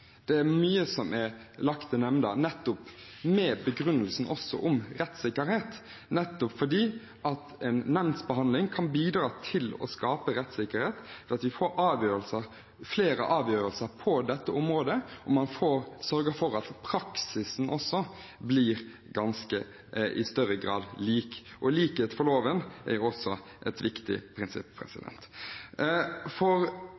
Det er mye som er lagt til nemnder, nettopp begrunnet med rettssikkerhet, fordi en nemndsbehandling kan bidra til å skape rettssikkerhet ved at vi får flere avgjørelser på området, og man sørger for at praksisen i større grad blir lik. Likhet for loven er også et viktig prinsipp.